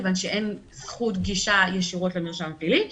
כיוון שאין זכות גישה ישירות למרשם הפלילי,